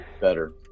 better